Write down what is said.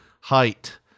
Height